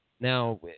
Now